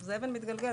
זה אבן מתגלגלת.